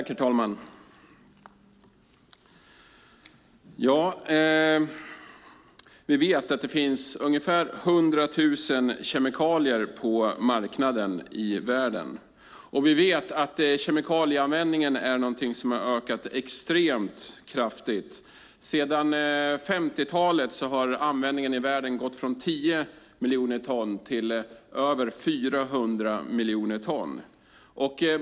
Herr talman! Vi vet att det finns ungefär 100 000 kemikalier på marknaden i världen. Vi vet att kemikalieanvändningen är någonting som har ökat extremt kraftigt. Sedan 50-talet har användningen i världen gått från 10 miljoner ton till över 400 miljoner ton.